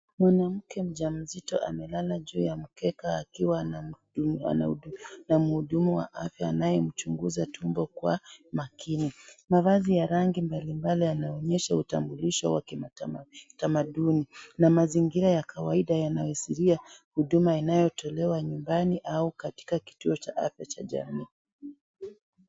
Mwanamke mjamzito amelala juu ya mkeka akiwa na mhudumu wa afya anayemchunguza tumbo akiwa makini. Mavazi ya rangi mbalimbali yanaonyesha utambulisho wa kitamaduni na mazingira ya kawaida yanaashiria huduma yanayotolewa nyumbani au katika kituo cha afya cha jamii.